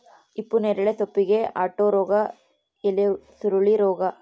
ಹಿಪ್ಪುನೇರಳೆ ಸೊಪ್ಪಿಗೆ ಅಂಟೋ ರೋಗ ಎಲೆಸುರುಳಿ ರೋಗ